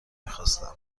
میخواستم